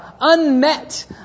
unmet